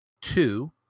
Two